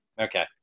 okay